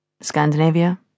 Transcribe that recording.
Scandinavia